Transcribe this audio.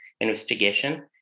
investigation